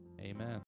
amen